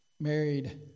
married